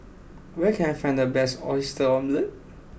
where can I find the best Oyster Omelette